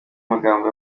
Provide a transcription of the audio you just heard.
amagambo